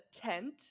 tent